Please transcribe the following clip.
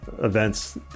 events